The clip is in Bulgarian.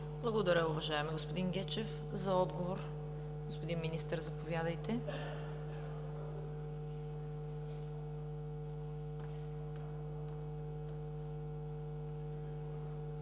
Благодаря, уважаеми господин Гечев. За отговор, господин Министър, заповядайте.